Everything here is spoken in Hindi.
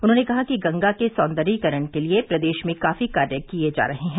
उन्होंने कहा कि गंगा के सौन्दर्यीकरण के लिये प्रदेश में काफी कार्य किये जा रहे हैं